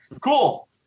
cool